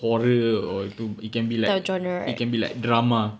horror or itu it can be like it can be like drama